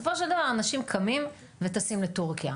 בסופו של דבר, אנשים קמים וטסים לטורקיה.